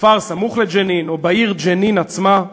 בכפר סמוך לג'נין או בעיר ג'נין עצמה.